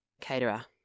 Caterer